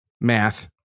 Math